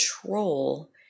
control